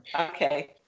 Okay